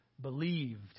believed